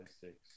six